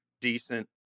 Decent